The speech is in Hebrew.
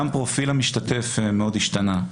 גם פרופיל המשתתף מאוד השתנה,